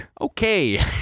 Okay